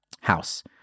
house